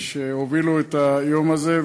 שהובילו את היום הזה,